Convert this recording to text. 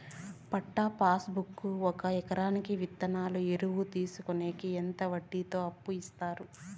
పట్టా passbook కి ఒక ఎకరాకి విత్తనాలు, ఎరువులు తీసుకొనేకి ఎంత వడ్డీతో అప్పు ఇస్తారు?